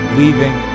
leaving